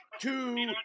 two